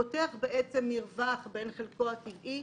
פותח מרווח בין חלקו הטבעי